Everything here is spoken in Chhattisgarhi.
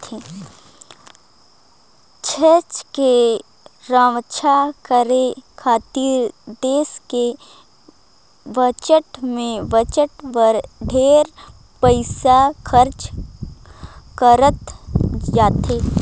छेस के रम्छा करे खातिर देस के बजट में बजट बर ढेरे पइसा खरचा करत जाथे